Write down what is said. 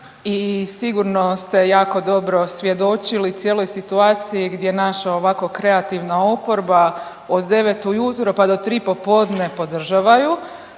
i sigurno ste jako dobro svjedočili cijeloj situaciji gdje naša ovako kreativna oporba od 9 ujutro pa do 3 popodne podržavaju